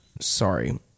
sorry